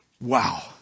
wow